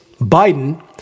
Biden